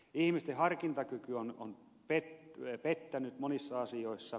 ihmisten harkintakyky on pettänyt monissa asioissa